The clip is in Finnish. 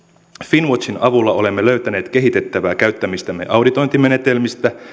finnwatchin avulla olemme löytäneet kehitettävää käyttämistämme auditointimenetelmistä